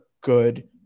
good